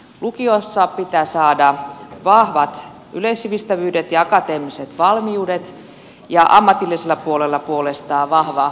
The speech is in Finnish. lukiossa pitää saada vahvat yleissivistävyydet ja akateemiset valmiudet ja ammatillisella puolella puolestaan vahva ammattitaito